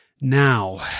Now